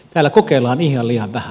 täällä kokeillaan ihan liian vähän